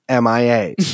MIA